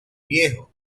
viejo